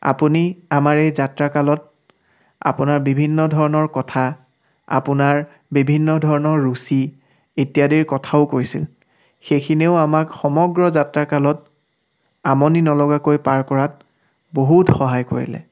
আপুনি আমাৰ এই যাত্ৰাকালত আপোনাৰ বিভিন্ন ধৰণৰ কথা আপোনাৰ বিভিন্ন ধৰণৰ ৰুচি ইত্যাদিৰ কথাও কৈছিল সেইখিনিও আমাক সমগ্ৰ যাত্ৰাকালত আমনি নলগাকৈ পাৰ কৰাত বহুত সহায় কৰিলে